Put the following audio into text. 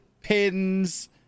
pins